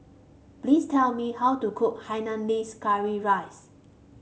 please tell me how to cook Hainanese Curry Rice